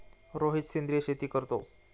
रोहित सेंद्रिय शेती करतो